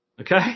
Okay